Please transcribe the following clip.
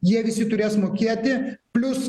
jie visi turės mokėti plius